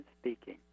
speaking